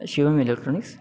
Shivam electronics